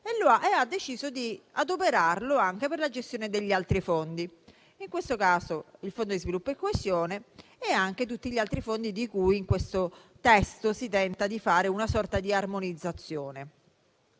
e ha deciso di adoperarlo anche per la gestione degli altri fondi, in questo caso il Fondo di sviluppo e coesione e anche tutti gli altri fondi di cui in questo testo si tenta di fare una sorta di armonizzazione.